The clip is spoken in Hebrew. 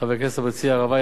חבר הכנסת המציע, הרב אייכלר,